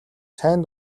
сайн